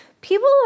people